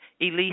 Elise